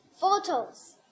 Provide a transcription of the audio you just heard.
photos